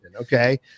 okay